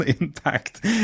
impact